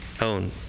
own